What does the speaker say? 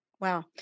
Wow